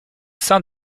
sein